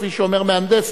כפי שאומר מהנדס,